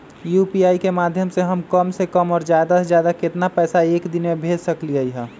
UPI के माध्यम से हम कम से कम और ज्यादा से ज्यादा केतना पैसा एक दिन में भेज सकलियै ह?